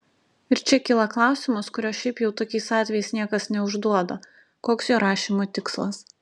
ir čia kyla klausimas kurio šiaip jau tokiais atvejais niekas neužduoda koks jo rašymo tikslas